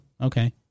Okay